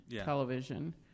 television